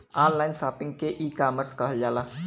online shopping के e commerce कहल जाला